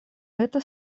это